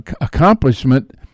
accomplishment